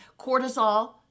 cortisol